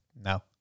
No